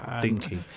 dinky